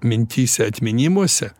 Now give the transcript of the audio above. mintyse atminimuose